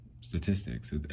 statistics